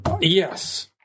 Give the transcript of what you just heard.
Yes